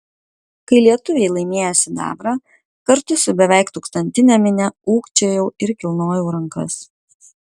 kai lietuviai laimėjo sidabrą kartu su beveik tūkstantine minia ūkčiojau ir kilnojau rankas